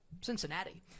Cincinnati